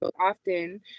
often